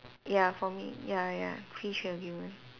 ya for me ya ya free trade agreement